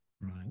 Right